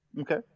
Okay